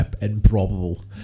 improbable